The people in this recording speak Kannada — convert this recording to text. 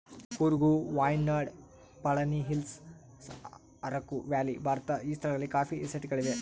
ಕೂರ್ಗ್ ವಾಯ್ನಾಡ್ ಪಳನಿಹಿಲ್ಲ್ಸ್ ಅರಕು ವ್ಯಾಲಿ ಭಾರತದ ಈ ಸ್ಥಳಗಳಲ್ಲಿ ಕಾಫಿ ಎಸ್ಟೇಟ್ ಗಳಿವೆ